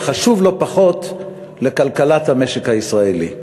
וחשוב לא פחות לכלכלת המשק הישראלי.